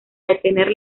detener